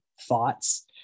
thoughts